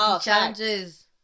challenges